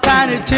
Tiny